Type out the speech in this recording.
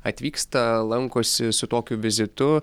atvyksta lankosi su tokiu vizitu